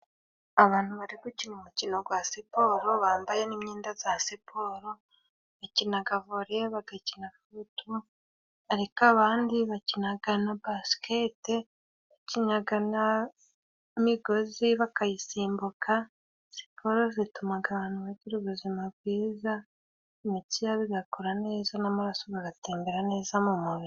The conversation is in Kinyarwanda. Abantu bari gukina umukino wa siporo, bambaye n'imyenda ya siporo, bakina vore bagakina futu, ariko abandi bakina na basiketi bakina n'imigozi bakayisimbuka. Siporo ituma abantu bagira ubuzima bwiza, imitsi yabo igakora neza n'amaraso agatembera neza mu mubiri.